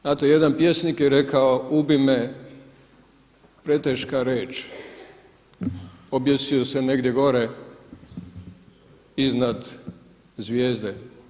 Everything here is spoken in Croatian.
Znate jedan pjesnik je rekao, ubi me preteška reč, objesio se negdje gore iznad zvijezde.